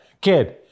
kid